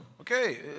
Okay